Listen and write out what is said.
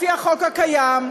לפי החוק הקיים,